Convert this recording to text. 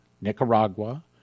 Nicaragua